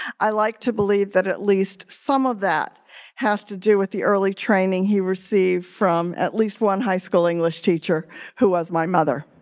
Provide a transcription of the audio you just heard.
i like to believe that at least some of that has to do with the early training he received from at least one high school english teacher who was my mother.